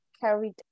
carried